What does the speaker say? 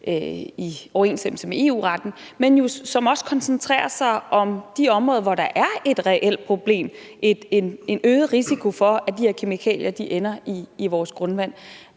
i overensstemmelse med EU-retten, men som også koncentrerer sig om de områder, hvor der er et reelt problem, altså en øget risiko for, at de her kemikalier ender i vores grundvand.